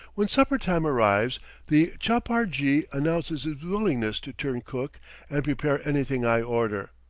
when supper-time arrives the chapar-jee announces his willingness to turn cook and prepare anything i order.